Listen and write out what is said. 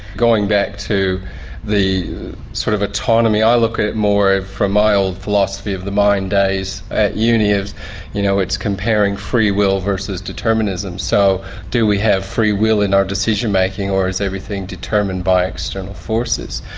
going back to the sort of autonomy, i look at more from my old philosophy-of-the-mind days at uni, you know, it's comparing free will versus determinism. so do we have free will in our decision-making or is everything determined by external forces.